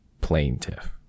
Plaintiff